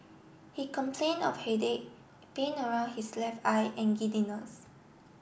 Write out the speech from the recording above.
he complain of headache pain around his left eye and giddiness